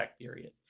period